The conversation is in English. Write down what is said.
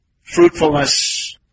fruitfulness